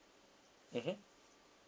mmhmm